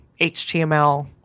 HTML